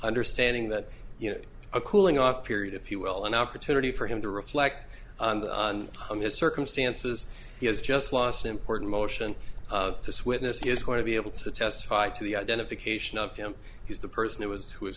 understanding that you know a cooling off period if you will an opportunity for him to reflect on the circumstances he has just lost important motion this witness is going to be able to testify to the identification of him he's the person who was who was